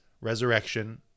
Resurrection